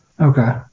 Okay